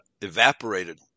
evaporated